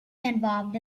involved